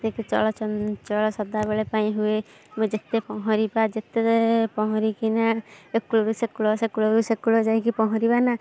ଯେ କି ଚଳଚଞ୍ଚଳ ସଦାବେଳପାଇଁ ହୁଏ ଯେତେ ପହଁରିବା ଯେତେ ପହଁରିକି ନା ଏ କୂଳରୁ ସେ କୂଳ ସେ କୂଳରୁ ସେ କୂଳ ଯାଇକି ପହଁରିବା ନା